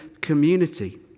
community